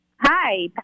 Hi